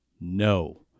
no